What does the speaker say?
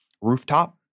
rooftop